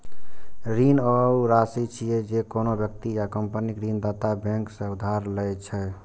ऋण ऊ राशि छियै, जे कोनो व्यक्ति या कंपनी ऋणदाता बैंक सं उधार लए छै